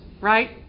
Right